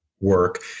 work